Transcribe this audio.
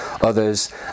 others